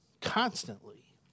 constantly